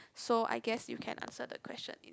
so I guess you can answer the question